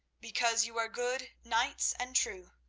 because you are good knights and true,